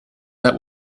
that